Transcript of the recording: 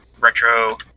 retro